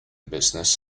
business